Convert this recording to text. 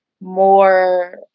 more